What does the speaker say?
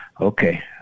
Okay